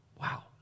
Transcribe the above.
Wow